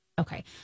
Okay